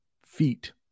feet